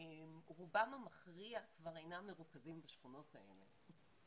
רובם המכריע כבר אינם מרוכזים בשכונות האלה.